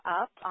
up